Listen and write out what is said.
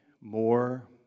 more